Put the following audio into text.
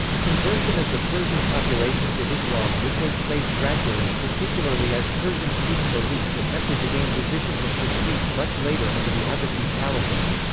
conversion of the persian population to islam would take place gradually, particularly as persian-speaking elites attempted to gain positions of prestige much later under the abbasid caliphate.